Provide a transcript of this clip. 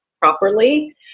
properly